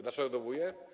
Dlaczego dołuje?